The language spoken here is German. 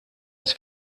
des